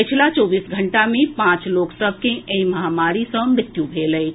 पछिला चौबीस घंटा मे पांच लोक सभ के एहि महामारी सँ मृत्यु भेल अछि